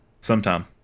Sometime